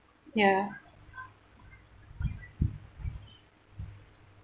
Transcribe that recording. ya